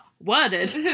worded